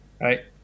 right